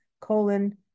colon